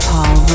Paul